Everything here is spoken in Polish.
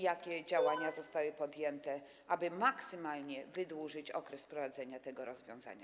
Jakie działania zostały podjęte, aby maksymalnie wydłużyć okres wprowadzenia tego rozwiązania?